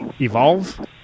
evolve